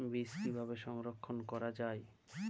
বীজ কিভাবে সংরক্ষণ করা যায়?